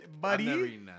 buddy